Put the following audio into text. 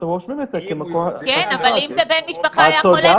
רושמים את זה כ --- ואם אין בן משפחה שהיה חולה?